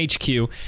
HQ